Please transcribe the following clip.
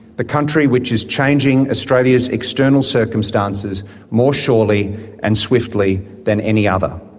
the country which is changing australia's external circumstances more surely and swiftly than any other.